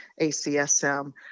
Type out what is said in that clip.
ACSM